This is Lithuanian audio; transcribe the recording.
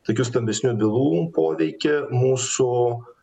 tokių stambesnių bylų poveikį mūsų